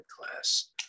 class